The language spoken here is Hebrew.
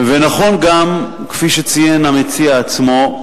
נכון גם, כפי שציין המציע עצמו,